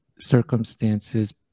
circumstances